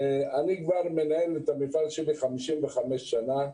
אני מנהל את המפעל שלי כבר 55 שנה.